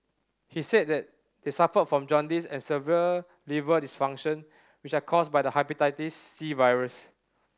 he said that they suffered from jaundice and severe liver dysfunction which are caused by the Hepatitis C virus